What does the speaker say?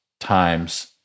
times